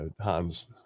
Hans